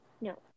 No